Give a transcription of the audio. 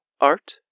art